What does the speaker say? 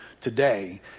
today